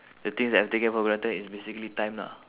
the things that I've taking for granted is basically time lah